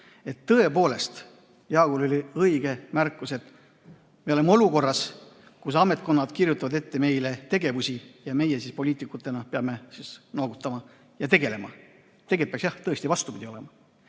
et tõepoolest – Jaagul oli õige märkus – me oleme olukorras, kus ametkonnad kirjutavad meile ette tegevusi ja meie poliitikutena peame noogutama ja tegelema. Tegelikult peaks jah vastupidi olema.